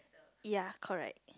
ya correct